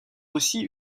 aussi